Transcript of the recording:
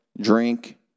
drink